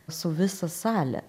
su visa sale